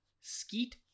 Skeet